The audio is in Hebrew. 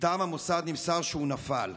מטעם המוסד נמסר שהוא נפל.